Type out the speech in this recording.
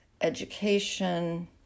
education